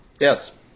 Yes